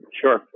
Sure